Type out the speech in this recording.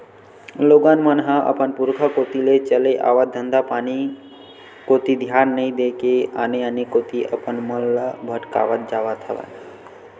लोगन मन ह अपन पुरुखा कोती ले चले आवत धंधापानी कोती धियान नइ देय के आने आने कोती अपन मन ल भटकावत जावत हवय